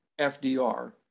FDR